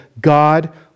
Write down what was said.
God